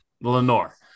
Lenore